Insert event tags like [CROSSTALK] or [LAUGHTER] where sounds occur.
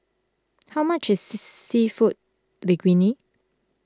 how much is [HESITATION] Seafood Linguine